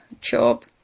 job